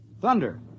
Thunder